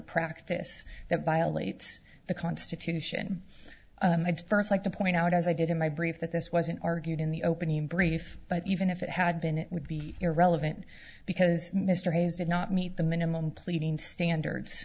practice that violates the constitution i'd first like to point out as i did in my brief that this wasn't argued in the opening break if but even if it had been it would be irrelevant because mr hayes did not meet the minimum pleading standards